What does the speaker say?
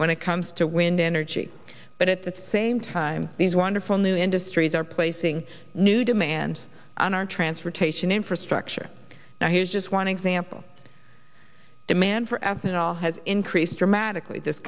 when it comes to wind energy but at the same time these wonderful new industries are placing new demands on our transportation infrastructure now here's just one example demand for ethanol has increased dramatically